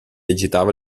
agitava